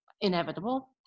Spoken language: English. inevitable